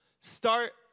start